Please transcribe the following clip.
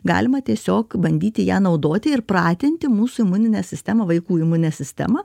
galima tiesiog bandyti ją naudoti ir pratinti mūsų imuninę sistemą vaikų imuninę sistemą